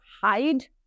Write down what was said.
hide